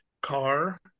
Car